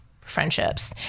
friendships